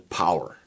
power